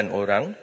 orang